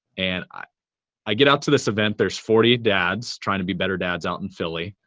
and i i get out to this event. there's forty dads trying to be better dads out in philly,